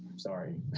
sorry,